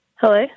Hello